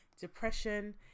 depression